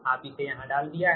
आप इसे यहाँ डाल दिया है